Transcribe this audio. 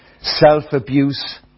Self-abuse